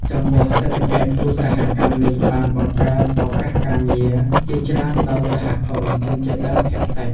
ចំពោះសេដ្ឋកិច្ច ឧស្សាហកម្មនេះបានបង្កើត ឱកាសការងារ ជាច្រើនដល់សហគមន៍ជនជាតិដើមភាគតិច។